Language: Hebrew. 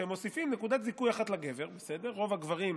שהם מוסיפים נקודת זיכוי אחת לגבר, רוב הגברים,